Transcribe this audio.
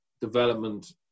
development